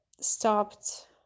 stopped